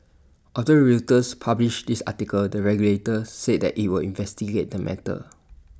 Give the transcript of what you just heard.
after Reuters published this article the regulator said that IT would investigate the matter